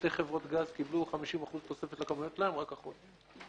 שתי חברות גז קיבלו 50% תוספת לכמויות שלהם רק --- כמה?